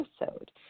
episode